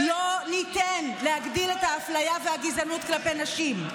לא ניתן להגדיל את האפליה והגזענות כלפי נשים.